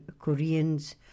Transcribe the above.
Koreans